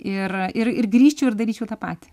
ir ir ir grįžčiau ir daryčiau tą patį